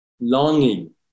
longing